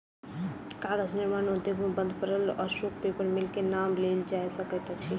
कागज निर्माण उद्योग मे बंद पड़ल अशोक पेपर मिल के नाम लेल जा सकैत अछि